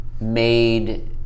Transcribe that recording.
made